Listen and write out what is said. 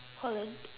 Holland